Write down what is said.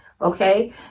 okay